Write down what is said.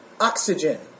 oxygen